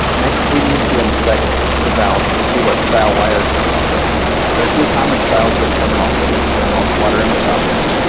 next we need to inspect the valve to see what style wire terminals it has. there two common styles of terminals we see on most water inlet valves.